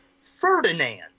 Ferdinand